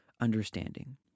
understanding